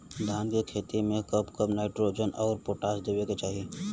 धान के खेती मे कब कब नाइट्रोजन अउर पोटाश देवे के चाही?